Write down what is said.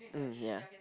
mm ya